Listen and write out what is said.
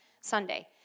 Sunday